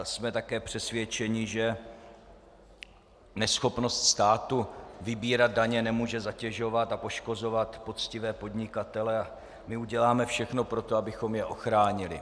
Jsme také přesvědčeni, že neschopnost státu vybírat daně nemůže zatěžovat a poškozovat poctivé podnikatele, a uděláme všechno pro to, abychom je ochránili.